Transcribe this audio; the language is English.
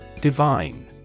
Divine